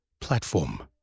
platform